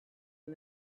and